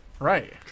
Right